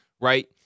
right